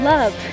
Love